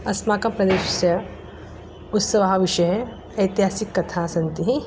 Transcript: अस्माकं प्रदेशस्य उत्सवः विषये ऐतिहासिककथाः सन्ति